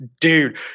Dude